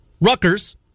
Rutgers